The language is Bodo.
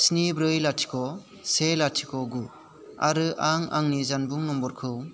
स्नि ब्रै लाथिख' से लाथिख' गु आरो आं आंनि जानबुं नम्बरखौ